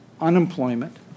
unemployment